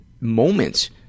moments